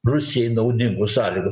rusijai naudingų sąlygų